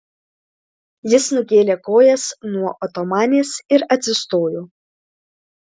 jis nukėlė kojas nuo otomanės ir atsistojo